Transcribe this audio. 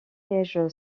siège